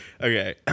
Okay